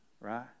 Right